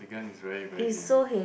the gun is very very heavy